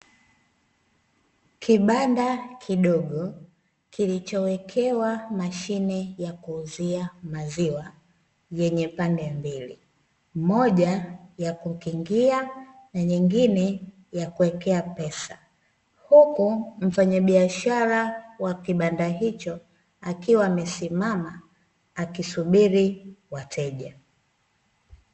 Kibanda kidogo kilichowekewa mashine ya kuuzia maziwa yenye pande mbili (moja ya kukingia nyingine ya kuwekea pesa). Huku mfanyabiashara wa kibanda hicho akiwa amesimama akisubiri wateja.